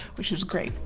which is great.